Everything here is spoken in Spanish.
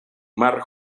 mar